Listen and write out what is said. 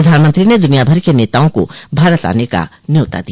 प्रधानमंत्री ने दुनिया भर के नेताआं को भारत आने का न्यौता दिया